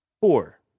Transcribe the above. Four